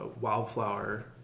wildflower